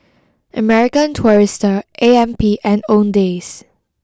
American Tourister A M P and Owndays